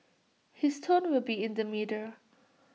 his tone will be in the middle